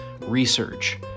research